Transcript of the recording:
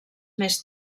més